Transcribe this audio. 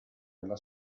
alla